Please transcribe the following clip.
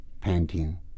painting